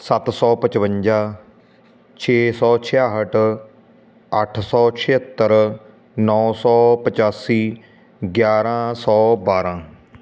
ਸੱਤ ਸੌ ਪਚਵੰਜਾ ਛੇ ਸੌ ਛਿਆਹਠ ਅੱਠ ਸੌ ਛਿਹੱਤਰ ਨੌ ਸੌ ਪਚਾਸੀ ਗਿਆਰ੍ਹਾਂ ਸੌ ਬਾਰ੍ਹਾਂ